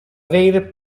rare